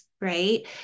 right